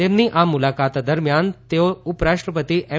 તેમની આ મુલાકાત દરમિયાન તેઓ ઉપરાષ્ટ્રપતિ એમ